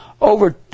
over